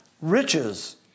riches